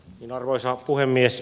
niin arvoisa puhemies